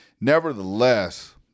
Nevertheless